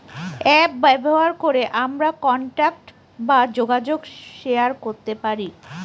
app ব্যবহার করে আমরা কন্টাক্ট বা যোগাযোগ শেয়ার করতে পারি